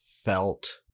felt